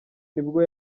nibwo